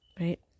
right